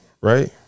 right